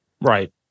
Right